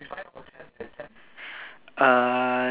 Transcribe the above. uh